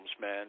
man